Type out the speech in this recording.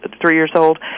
three-years-old